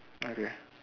okay